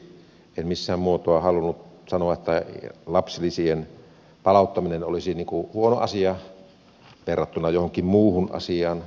en missään muotoa halunnut sanoa että lapsilisien palauttaminen olisi huono asia verrattuna johonkin muuhun asiaan